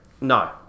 No